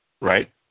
Right